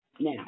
Now